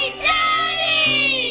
Daddy